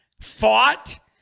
fought